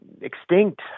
extinct